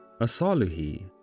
Asaluhi